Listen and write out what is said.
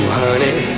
honey